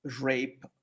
rape